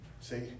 See